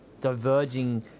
diverging